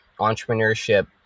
entrepreneurship